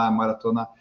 Maratona